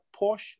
Porsche